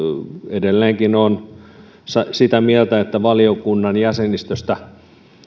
edelleenkin olen sitä mieltä että valiokunnan jäsenistöstä